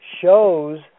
shows